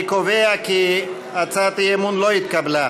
אני קובע כי הצעת האי-אמון לא התקבלה.